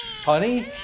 honey